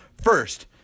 First